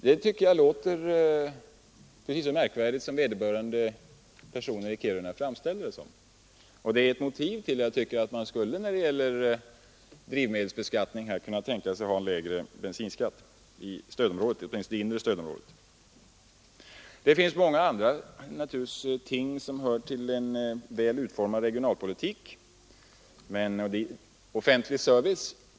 Det tycker jag låter precis så märkvärdigt som vederbörande personer i Kiruna framställde det. Jag tycker att man skulle kunna tänka sig att ha en lägre bensinskatt i stödområdet, åtminstone det inre stödområdet. Det finns många andra ting som hör till en väl utformad regionalpolitik, t.ex. god offentlig service.